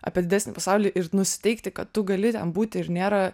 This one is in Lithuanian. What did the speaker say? apie didesnį pasaulį ir nusiteikti kad tu gali ten būti ir nėra